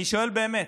אני שואל באמת,